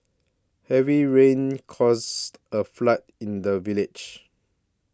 heavy rains caused a flood in the village